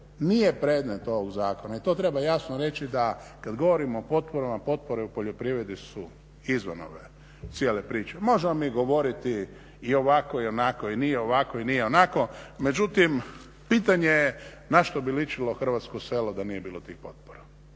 nije predmet ovog zakona i to treba jasno reći da kad govorimo o potporama, potpore u poljoprivredi su izvan ove cijele priče. Možemo mi govoriti i ovako i onako i nije ovako i nije onako, međutim pitanje je na što bi ličilo hrvatsko selo da nije bilo tih potpora.